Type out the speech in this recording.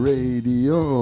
Radio